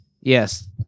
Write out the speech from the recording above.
Yes